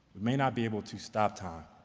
may not be able to stop time,